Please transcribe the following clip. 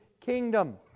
kingdom